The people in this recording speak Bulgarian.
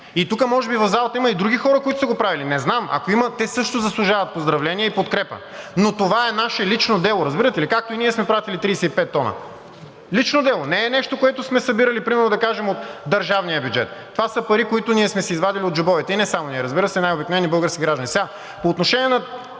И тук, може би в залата има и други хора, които са го правили, не знам. Ако има, те също заслужават поздравления и подкрепа. Но това е наше лично дело, разбирате ли, както и ние сме пратили 35 тона – лично дело, не е нещо, което сме събирали примерно, да кажем от държавния бюджет, това са пари, които ние сме си извадили от джобовете. И не само ние, разбира се – и най-обикновени български граждани. По отношение на